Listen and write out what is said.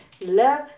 love